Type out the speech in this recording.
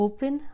Open